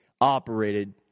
operated